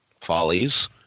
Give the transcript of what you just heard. Follies